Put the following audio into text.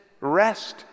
rest